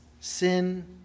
sin